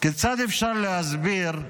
כיצד אפשר להסביר,